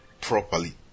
properly